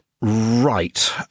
Right